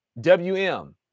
WM